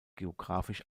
geografisch